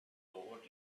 toward